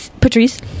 patrice